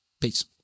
peace